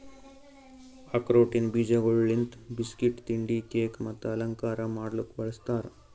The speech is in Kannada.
ಆಕ್ರೋಟಿನ ಬೀಜಗೊಳ್ ಲಿಂತ್ ಬಿಸ್ಕಟ್, ತಿಂಡಿ, ಕೇಕ್ ಮತ್ತ ಅಲಂಕಾರ ಮಾಡ್ಲುಕ್ ಬಳ್ಸತಾರ್